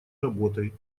работой